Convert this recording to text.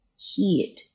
heat